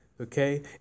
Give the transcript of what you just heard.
Okay